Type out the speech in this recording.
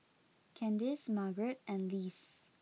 Kandice Margret and Lise